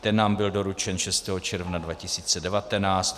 Ten nám byl doručen 6. června 2019.